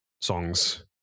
songs